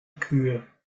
kühe